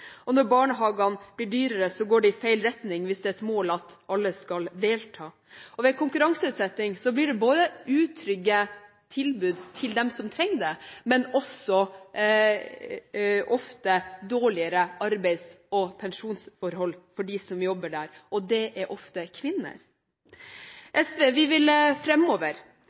og når barnehagene blir dyrere, går det i feil retning hvis det er et mål at alle skal delta. Ved konkurranseutsetting blir det utrygge tilbud til dem som trenger det, men også ofte dårligere arbeids- og pensjonsforhold for dem som jobber der, og det er ofte kvinner. Vi i SV vil framover. Vi vil